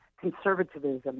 conservatism